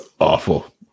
awful